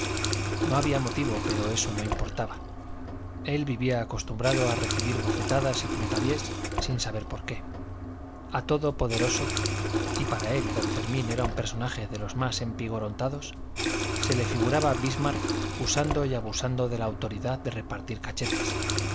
no había motivo pero eso no importaba él vivía acostumbrado a recibir bofetadas y puntapiés sin saber por qué a todo poderoso y para él don fermín era un personaje de los más empingorotados se le figuraba bismarck usando y abusando de la autoridad de repartir cachetes